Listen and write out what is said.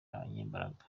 abanyembaraga